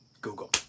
Google